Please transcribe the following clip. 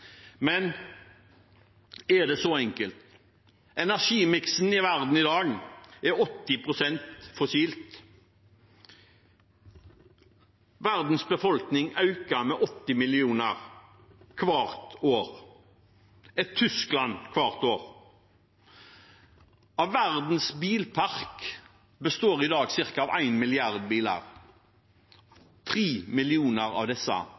Men er det så enkelt? Energimiksen i verden i dag er 80 pst. fossil. Verdens befolkning øker med 80 millioner hvert år – et Tyskland hvert år. Verdens bilpark består i dag av cirka én milliard biler, tre millioner av disse